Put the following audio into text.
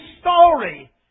story